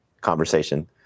conversation